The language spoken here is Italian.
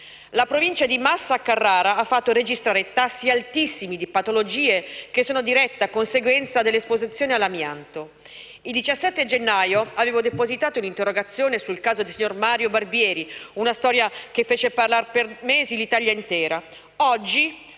La provincia di Massa Carrara ha fatto registrare tassi altissimi di patologie, che sono diretta conseguenza dell'esposizione all'amianto. Il 17 gennaio avevo depositato un'interrogazione sul caso del signor Mario Barbieri: una storia che ha fatto parlare per mesi l'Italia intera.